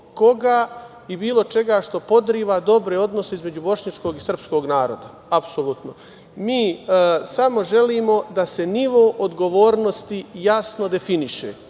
koga i bilo čega što podriva dobre odnose između bošnjačkog i srpskog naroda, apsolutno. Mi samo želimo da se nivo odgovornosti jasno definiše.